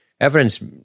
evidence